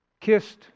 kissed